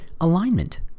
Alignment